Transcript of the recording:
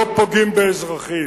לא פוגעים באזרחים.